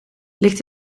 ligt